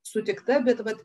sutikta bet vat